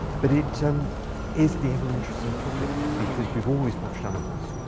but it um is the ever-interesting topic, because we've always watched animals.